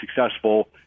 successful